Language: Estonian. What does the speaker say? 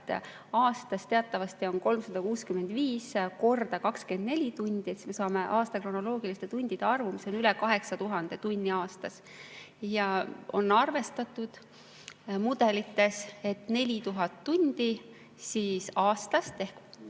Aastas teatavasti on 365 × 24 tundi, siis me saame aasta kronoloogilise tundide arvu, mis on üle 8000 tonni aastas. Ja on arvestatud, mudelites, et 4000 tundi aastas tuul